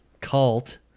cult